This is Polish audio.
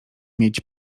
mieć